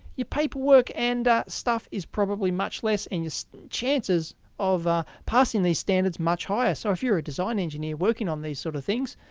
your paperwork and stuff is probably much less, and your chances of ah passing these standards much higher. so if you're a design engineer working on these sort of things,